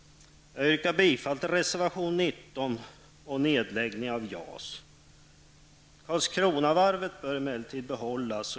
Jag yrkar bifall till reservation 19 och nedläggning av JAS. Karlskronavarvet bör emellertid behållas.